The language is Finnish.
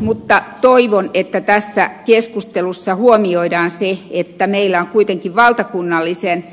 mutta toivon että tässä keskustelussa huomioidaan se että meillä on kuitenkin valtakunnallisen